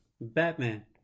Batman